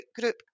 group